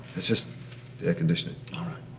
it's just the air-conditioning. right.